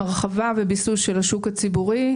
הרחבה וביסוס של השוק הציבורי,